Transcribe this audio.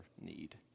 need